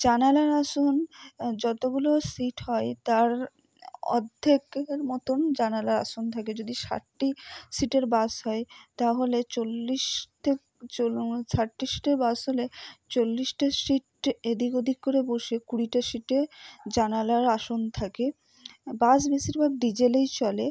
জানালার আসন যতগুলো সিট হয় তার অর্ধেকের মতন জানালার আসন থাকে যদি ষাটটি সিটের বাস হয় তাহলে চল্লিশ থার্টি সিটের বাস হলে চল্লিশটি সিট এদিক ওদিক করে বসে কুড়িটা সিটে জানালার আসন থাকে বাস বেশিরভাগ ডিজেলেই চলে